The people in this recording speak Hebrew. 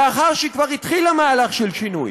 לאחר שהיא כבר התחילה מהלך של שינוי,